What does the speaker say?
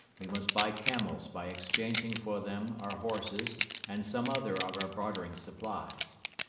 we must buy camels by exchanging for them our horses and some other of our bartering supplies.